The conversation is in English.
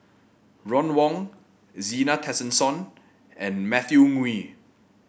Ron Wong Zena Tessensohn and Matthew Ngui